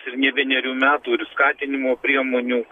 ir nė vienerių metų ir skatinimo priemonių